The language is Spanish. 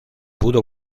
pudo